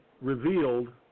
revealed